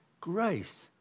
grace